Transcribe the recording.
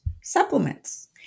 supplements